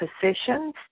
positions